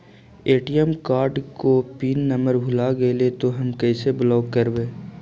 ATM card को pin number भुला गैले तौ हम कैसे ब्लॉक करवै?